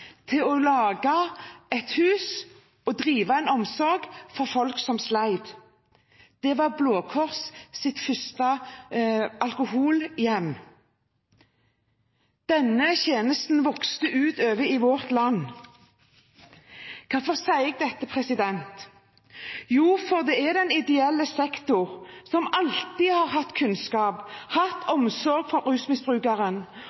til å lage et hus og drive en omsorg for folk som slet. Det var Blå Kors’ første alkoholhjem. Denne tjenesten vokste utover i vårt land. Hvorfor sier jeg dette? Jo, fordi det er den ideelle sektor som alltid har hatt kunnskap om og hatt